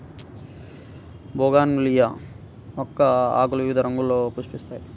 bougainvillea మొక్క ఆకులు వివిధ రంగుల్లో పుష్పిస్తాయి